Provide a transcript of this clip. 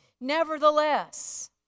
Nevertheless